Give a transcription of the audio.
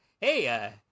hey